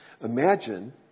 Imagine